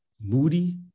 Moody